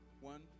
One